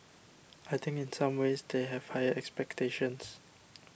I think in some ways they have higher expectations